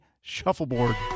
shuffleboard